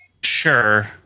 Sure